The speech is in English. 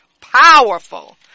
Powerful